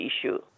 issue